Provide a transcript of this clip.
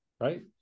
right